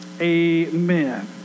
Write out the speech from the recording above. Amen